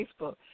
Facebook